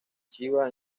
chiba